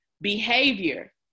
behavior